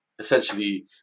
Essentially